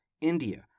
India